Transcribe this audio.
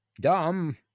Dumb